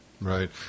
Right